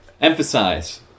Emphasize